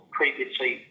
previously